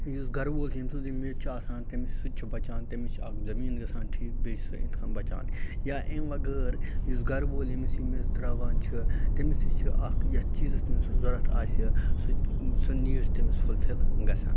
یُس گَرٕ وول چھُ ییٚمہِ سٕنٛز یہِ میٚژ چھِ آسان تَمہِ سُہ تہِ چھُ بَچان تٔمِس چھِ اَکھ زمیٖن گَژھان ٹھیٖک بیٚیہِ چھِ سُہ یِتھ کَن بَچان یا اَمہٕ وَغٲر یُس گَرٕ وول ییٚمِس یہِ میٚژ ترٛاوان چھِ تٔمِس تہِ چھُ اَکھ یَتھ چیٖزَس تٔمِس سُہ ضوٚرَتھ آسہِ سُہ سۄ نیٖڈ چھِ تٔمِس فُل فِل گَژھان